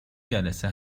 جلسه